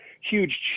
huge